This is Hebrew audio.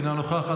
אינה נוכחת,